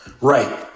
Right